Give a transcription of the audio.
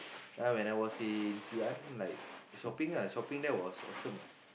uh when I was in Xi-An like shopping lah shopping there was awesome ah